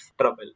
trouble